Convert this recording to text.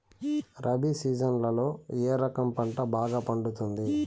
రబి సీజన్లలో ఏ రకం పంట బాగా పండుతుంది